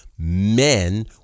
men